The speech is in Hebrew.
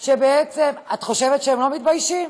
שבעצם, את חושבת שהם לא מתביישים?